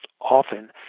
often